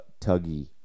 Tuggy